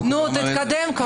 תתקדם כבר.